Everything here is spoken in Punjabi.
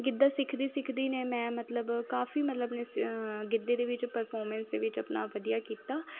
ਗਿੱਧਾ ਸਿੱਖਦੀ ਸਿੱਖਦੀ ਨੇ ਮੈਂ ਮਤਲਬ ਕਾਫੀ ਮਤਲਬ ਗਿੱਧੇ ਦੇ ਵਿੱਚ ਪਰਫੋਰਮੈਂਸ ਦੇ ਵਿੱਚ ਆਪਣਾ ਵਧੀਆ ਕੀਤਾ